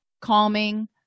calming